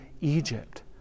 Egypt